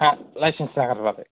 हा लाइसेन्स जागारबोयाखै